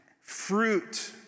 fruit